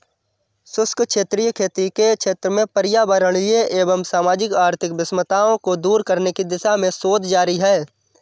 शुष्क क्षेत्रीय खेती के क्षेत्र में पर्यावरणीय एवं सामाजिक आर्थिक विषमताओं को दूर करने की दिशा में शोध जारी है